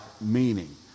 meaning